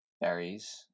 berries